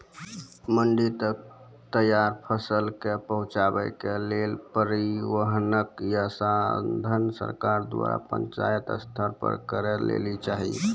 मंडी तक तैयार फसलक पहुँचावे के लेल परिवहनक या साधन सरकार द्वारा पंचायत स्तर पर करै लेली चाही?